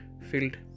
filled